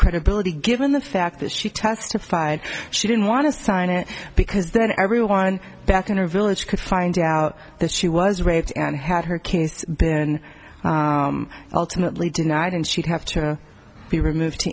credibility given the fact that she testified she didn't want to sign it because then everyone back in her village could find out that she was raped and had her kids been ultimately denied and she'd have to be removed